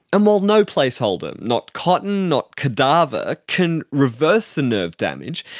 and while no placeholder, not cotton, not cadaver, can reverse the nerve damage,